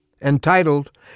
entitled